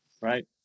right